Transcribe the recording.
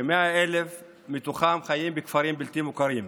כ-100,000 מתוכם חיים בכפרים בלתי מוכרים.